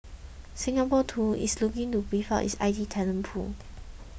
Singapore too is looking to beef up its I T talent pool